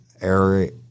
area